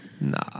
Nah